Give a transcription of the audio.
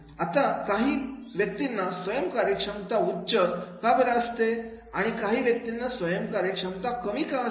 आता काही व्यक्तींना स्वयम कार्यक्षमता उच्च का बर असते आणि काही व्यक्तींना स्वयम कार्यक्षमता कमी का असते